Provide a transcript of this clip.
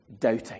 doubting